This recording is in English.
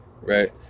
right